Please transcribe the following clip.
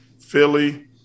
Philly